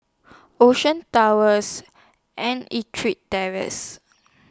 Ocean Towers and Ettrick Terrace